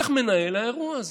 צריך מנהל לאירוע הזה.